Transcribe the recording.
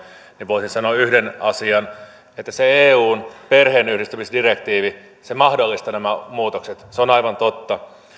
niin voisin sanoa yhden asian se että eun perheenyhdistämisdirektiivi mahdollistaa nämä muutokset on aivan totta